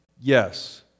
Yes